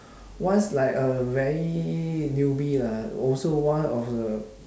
once like a very newbie lah also one of the